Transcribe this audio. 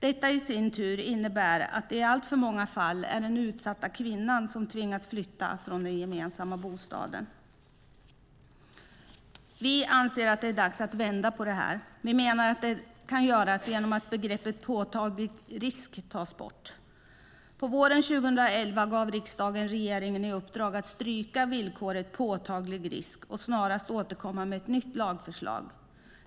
Detta i sin tur innebär att det i alltför många fall är den utsatta kvinnan som tvingas flytta från den gemensamma bostaden. Vi anser att det är dags att vända på detta. Vi menar att det kan göras genom att begreppet "påtaglig risk" tas bort. På våren 2011 gav riksdagen regeringen i uppdrag att stryka villkoret påtaglig risk och snarast återkomma med ett nytt lagförslag.